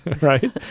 Right